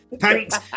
Thanks